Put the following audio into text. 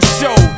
show